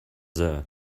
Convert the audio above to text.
there